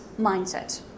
mindset